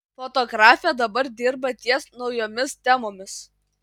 fotografė dabar dirba ties naujomis temomis